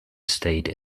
state